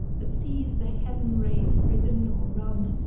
that sees the heaven-race ridden or run,